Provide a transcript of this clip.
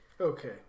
okay